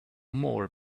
more